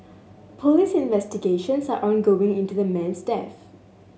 police investigations are ongoing into the man's death